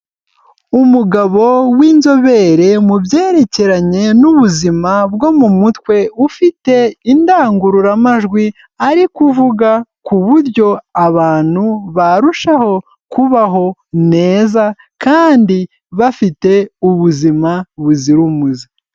Umugabo w'inzobere mu byerekeranye n'ubuzima bwo mu mutwe, ufite indangururamajwi ari kuvuga ku buryo abantu barushaho kubaho neza, kandi bafite ubuzima buzira umuze.